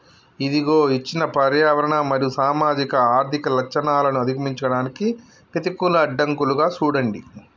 ఇదిగో ఇచ్చిన పర్యావరణ మరియు సామాజిక ఆర్థిక లచ్చణాలను అధిగమించడానికి పెతికూల అడ్డంకులుగా సూడండి